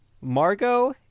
Margot